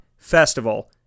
Festival